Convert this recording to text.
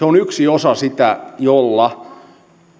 on yksi osa jolla